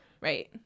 Right